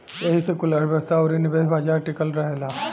एही से कुल अर्थ्व्यवस्था अउरी निवेश बाजार टिकल रहेला